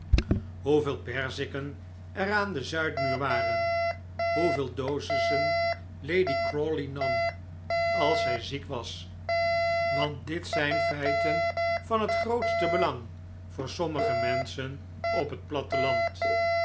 hoeveel perziken er aan den zuidmuur waren hoeveel dosissen lady crawley nam als zij ziek was want dit zijn feiten van het grootste belang voor sommige menschen op het platteland